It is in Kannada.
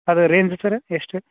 ಅದು ರೇಂಜ್ ಸರ್ ಎಷ್ಟು